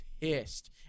pissed